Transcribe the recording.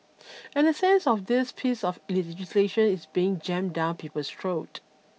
and a sense of this piece of legislation is being jammed down people's throat